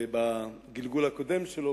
שבגלגול הקודם שלו,